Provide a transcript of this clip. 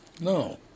No